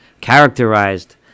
characterized